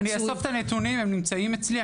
הנתונים נמצאים אצלי,